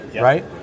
right